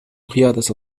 قيادة